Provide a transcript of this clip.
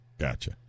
gotcha